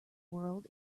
world